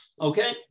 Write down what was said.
Okay